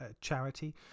charity